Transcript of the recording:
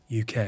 UK